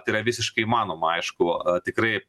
tai yra visiškai įmanoma aišku tikrai